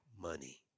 money